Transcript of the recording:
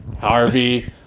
Harvey